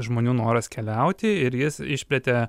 žmonių noras keliauti ir jis išplėtė